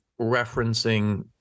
referencing